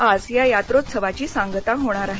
आज या यात्रोत्सावाची सांगता होणार आहे